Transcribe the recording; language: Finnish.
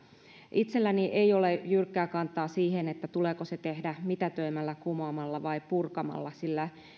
itselläni ei ole jyrkkää kantaa siihen tuleeko se tehdä mitätöimällä kumoamalla vai purkamalla sillä